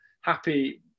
happy